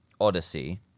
Odyssey